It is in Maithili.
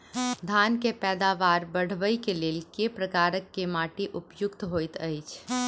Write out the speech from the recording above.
धान केँ पैदावार बढ़बई केँ लेल केँ प्रकार केँ माटि उपयुक्त होइत अछि?